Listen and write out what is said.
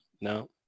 no